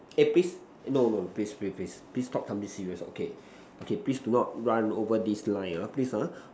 eh please no no please please please stop tell me serious okay okay please do not run over this line ah please ah